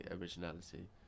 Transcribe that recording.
originality